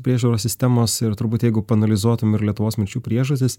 priežiūros sistemos ir turbūt jeigu paanalizuotum ir lietuvos mirčių priežastis